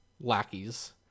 lackeys